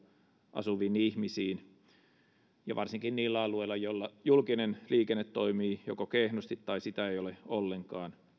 asuviin ihmisiin varsinkin niillä alueilla joilla julkinen liikenne toimii joko kehnosti tai sitä ei ole ollenkaan